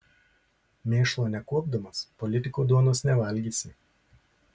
mėšlo nekuopdamas politiko duonos nevalgysi